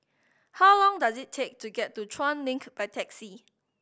how long does it take to get to Chuan Link by taxi